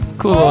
cool